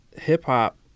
hip-hop